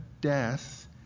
death